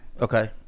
Okay